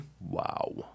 Wow